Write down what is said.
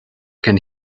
can